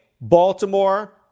Baltimore